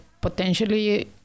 potentially